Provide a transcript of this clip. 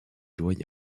doyen